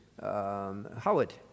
Howard